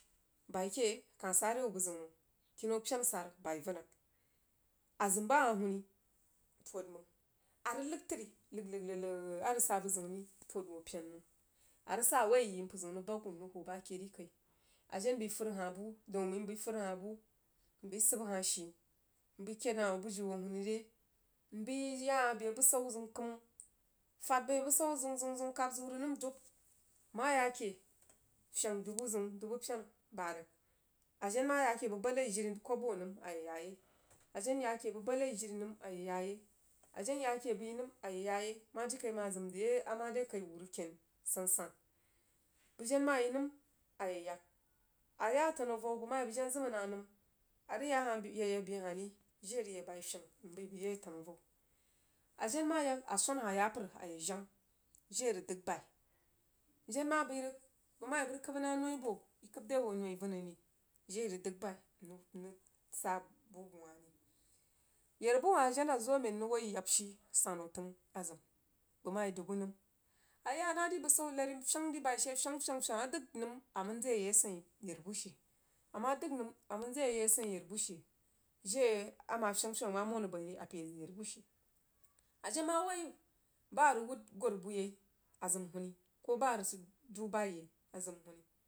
Bai ke kah sah re wuh buzəunn mang kinnau pyena sara bai vən rig a zəm bah hah huní pod mang a rig ləg tri ləg ləg ləg a rig sah buh zəun ri pod wuh a pen mang a rig sah a rig woi a yi npər rig bag wuh mrig ho bah ke ri kai a jen bəi fud hah buh nbəi sib hah shii nbəí kəid hah ho bujiu ho hwan re mbəi yah hah be busau zəun kəm nfad beh busau zəim zəim zəim kabzəu rig nəm dub mah yah keh nfeng dubu zəun dubu pyena bahd rig a jen mah yah keh bəg badlau jiri kobo nəm a ye ya yai ajen yah keh bəg badlai jiri nəm a yeh yah yai a jen mah ya keh bə badlai jiri nəm a yeh yah yai mah jirikaimang azəm jiri a mere kai wuh rig ken sansan bəg jen mah yi nəm a yeh yag a yah tanu avau bəg mah yi bəg je zəm nah nəm a rig yah hah aba hah ri jire a rig yag bai fyaghai nbəi bəg yai atanu avau a jen mah yag a swan hah yapər a ya jang jire a rig dəg mbai njen mah bəi rig bəj mah yi bəj kəib hah noi boh yi kəib deh ho noi vən rij ri jiri a yi rig dəj bai mrig sah buh bəg wlah ri yarbu hah jen azoa men mrig woi yab shii san wuh təing a zəm bəj mah yii subu nəm a yah dri busau lar mfyang bai she fyang fyany fyank a mah dəj nəm a mən zəg yah yi bəg a səin ayarbuh she a mah dəj nəm amən a man zəj ye yaj asəin ayarbuh she jiri a mah fyanj fyanj fyan mah non rig abo yai a pəi zəg yah zəg ayarbu shee a jen mah woi bah a rig uhud gwar buh yau azəm huuni koh bah a rig sid duh bai yai a zəm huuni.